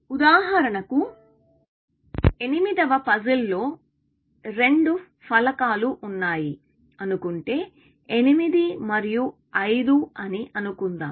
ఉదాహరణకు 8వ పజిల్ లో రెండు ఫలకాలు వున్నాయి అనుకుంటే 8 మరియు 5 అనిఅనుకుందాము